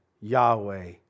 Yahweh